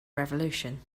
revolution